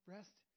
Rest